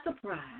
surprise